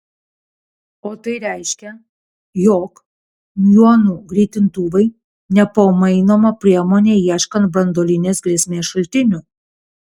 o tai reiškia jog miuonų greitintuvai nepamainoma priemonė ieškant branduolinės grėsmės šaltinių